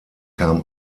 kam